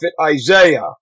Isaiah